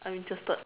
I'm interested